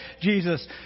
Jesus